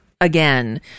Again